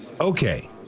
Okay